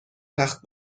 تخت